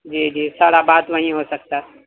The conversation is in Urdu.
جی جی سارا بات وہیں ہو سکتا ہے